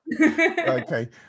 okay